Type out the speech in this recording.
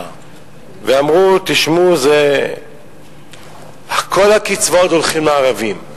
אמרו: תשמעו, כל הקצבאות הולכות לערבים.